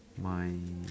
mine